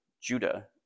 Judah